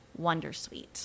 Wondersuite